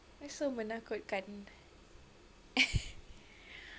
why so menakutkan